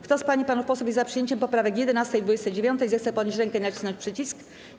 Kto z pań i panów posłów jest za przyjęciem poprawek 11. i 29., zechce podnieść rękę i nacisnąć przycisk.